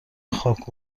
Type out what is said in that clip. خاک